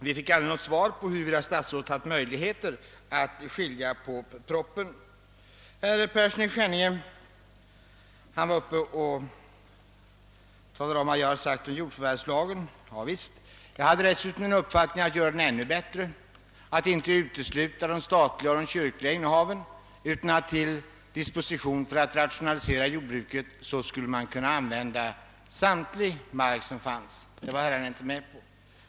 Vi fick aldrig något svar på frågan, huruvida statsrådet haft möjligheter att dela på propositionen. Herr Persson i Skänninge uppehöll sig vid vad jag sagt om jordförvärvslagen. Vad herr Persson därvid anförde är riktigt. Men jag hade dessutom den uppfattningen att det skulle ha blivit ännu bättre om vi inte undantagit de statliga och kyrkliga markinnehaven utan ska pat möjligheter att för jordbrukets rationalisering använda all mark. Detta var herrarna emellertid inte med på.